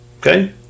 Okay